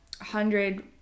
hundred